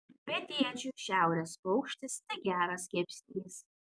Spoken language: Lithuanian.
pietiečiui šiaurės paukštis tik geras kepsnys